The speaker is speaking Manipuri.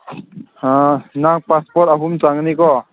ꯅꯪ ꯄꯥꯁꯄꯣꯠ ꯑꯍꯨꯝ ꯆꯪꯒꯅꯤꯀꯣ